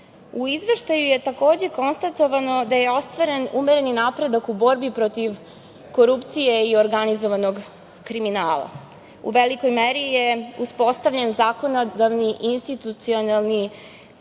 Izveštaju je, takođe, konstatovano da je ostvaren umereni napredak u borbi protiv korupcije i organizovanog kriminala. U velikoj meri je uspostavljen zakonodavni i institucionalni